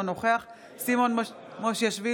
אינו נוכח סימון מושיאשוילי,